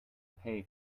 pay